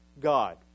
God